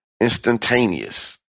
instantaneous